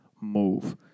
move